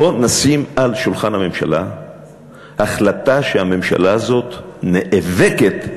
בואו נשים על שולחן הממשלה החלטה שהממשלה הזאת נאבקת בעוני.